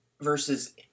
versus